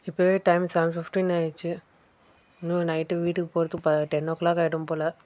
இப்போவே time seven fifteen ஆயிடுச்சு இன்னும் நைட்டு வீட்டுக்கு போகறதுக்கு ப டென் ஓ க்ளாக் ஆயிடும் போல்